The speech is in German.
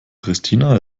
pristina